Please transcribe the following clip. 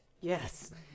Yes